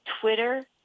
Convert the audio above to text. Twitter